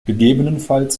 gegebenenfalls